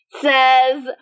says